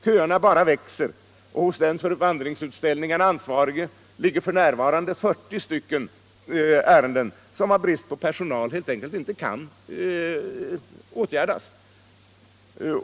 Köerna bara växer, och hos den för vandringsutställningarna ansvarige ligger f.n. 40 ärenden som på grund av brist på personal helt enkelt inte kan åtgärdas.